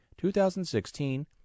2016